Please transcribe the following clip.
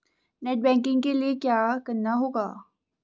Net banking के लिए क्या करना होगा?